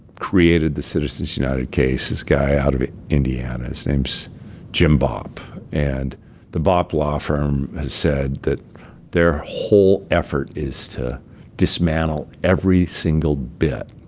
created the citizens united case, this guy out of indiana his name's jim bopp. and the bopp law firm has said that their whole effort is to dismantle every single bit